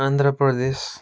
Andhra Pradesh